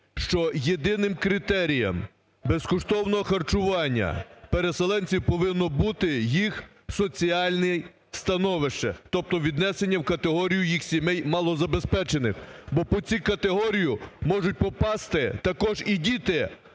що єдиним критерієм безкоштовного харчування переселенців повинно бути їх соціальне становище. Тобто віднесені в категорію їх сімей малозабезпечених. Бо під цю категорію можуть потрапити також і діти